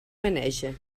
menege